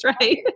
right